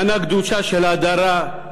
מנה גדושה של הדרה,